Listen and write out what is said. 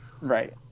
Right